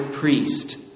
priest